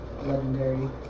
legendary